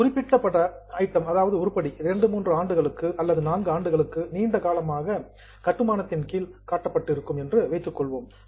ஒரு குறிப்பிட்ட ஐட்டம் உருப்படி 2 3 4 ஆண்டுகளுக்கு நீண்ட காலமாக அண்டர் கன்ஸ்டிரக்ஷன் கட்டுமானத்தின் கீழ் காட்டப்பட்டுள்ளது என்று வைத்துக்கொள்வோம்